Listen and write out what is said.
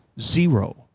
zero